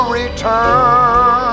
return